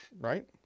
Right